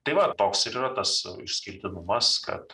tai va toks ir yra tas išskirtinumas kad